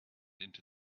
into